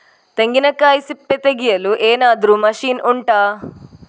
ತೆಂಗಿನಕಾಯಿ ಸಿಪ್ಪೆ ತೆಗೆಯಲು ಏನಾದ್ರೂ ಮಷೀನ್ ಉಂಟಾ